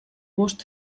bost